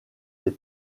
des